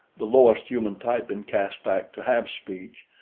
the lowest human type in caspak to have speech,